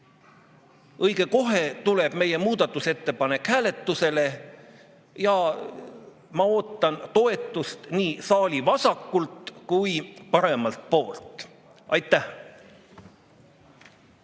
õige kohe tuleb meie muudatusettepanek hääletusele, ja ma ootan toetust nii saali vasakult kui ka paremalt poolt. Aitäh!